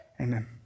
Amen